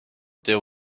deal